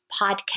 podcast